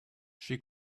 she